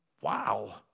Wow